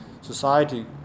society